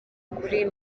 kuri